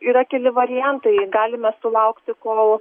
yra keli variantai galime sulaukti kol